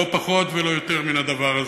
לא פחות ולא יותר מהדבר הזה.